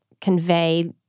convey